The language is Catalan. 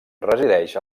resideix